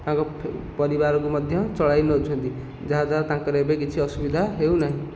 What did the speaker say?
ତାଙ୍କ ପରିବାରକୁ ମଧ୍ୟ ଚଳାଇ ନେଉଛନ୍ତି ଯାହାଦ୍ଵାରା ତାଙ୍କର ଏବେ କିଛି ଅସୁବିଧା ହେଉନାହିଁ